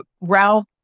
Ralph